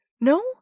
No